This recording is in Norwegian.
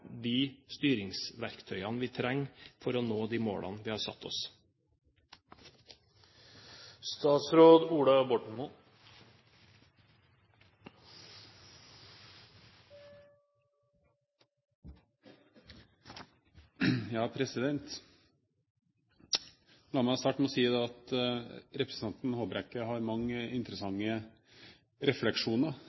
de styringsverktøyene vi trenger for å nå de målene vi har satt oss. La meg starte med å si at representanten Håbrekke har mange interessante refleksjoner